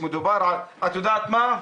את יודעת מה?